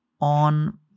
on